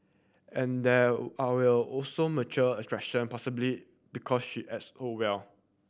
and there are will also mutual attraction possibly because she acts so well